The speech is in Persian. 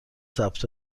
ثبت